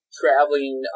traveling